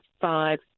five